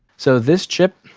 so this chip.